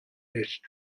nicht